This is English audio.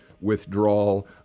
Withdrawal